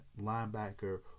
linebacker